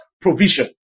provision